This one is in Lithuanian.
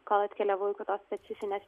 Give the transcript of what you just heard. kol atkeliavau iki tos specifinės